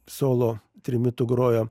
solo trimitu grojo